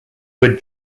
were